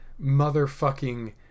motherfucking